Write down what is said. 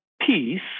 peace